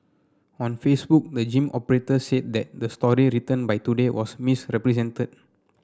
on Facebook the gym operator said that the story written by Today was misrepresented